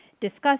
discuss